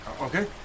Okay